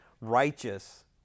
righteous